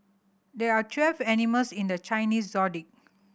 there are twelve animals in the Chinese Zodiac